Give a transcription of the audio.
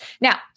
Now